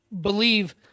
believe